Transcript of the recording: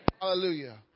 Hallelujah